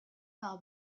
par